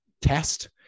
test